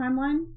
timeline